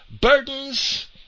Burdens